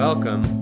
Welcome